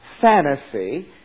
fantasy